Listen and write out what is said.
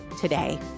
today